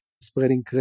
spreading